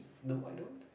no I don't